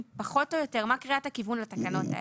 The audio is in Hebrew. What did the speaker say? פחות או יותר מה קריאת הכיוון לתקנות האלה?